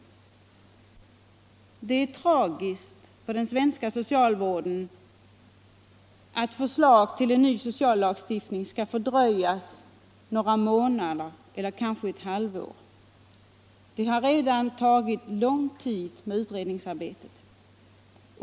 Det är tragiskt för den svenska socialvården att förslag till ny socialvårdslagstiftning skall fördröjas några månader eller kanske ett halvår. Utredningsarbetet har redan tagit lång tid.